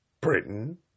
Britain